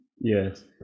yes